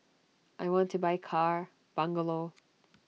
I want to buy car bungalow